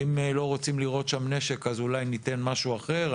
אם לא רוצים לירות שם בנשק אז אולי ניתן משהו אחר,